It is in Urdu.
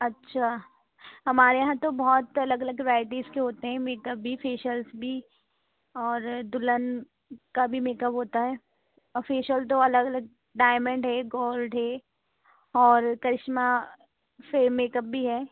اچھا ہمارے یہاں تو بہت الگ الگ ورائٹیز کے ہوتے ہیں میک اپ بھی فیشیلس بھی اور دلہن کا بھی میک اپ ہوتا ہے اور فیشیل دو الگ الگ ڈائمنڈ ہے گولڈ ہے اور کرشمہ فیم میک اپ بھی ہے